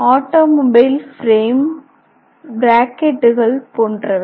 automobile frame பிரேக்கட்டுகள் போன்றவை